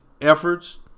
efforts